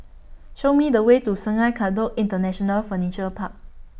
Show Me The Way to Sungei Kadut International Furniture Park